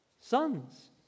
Sons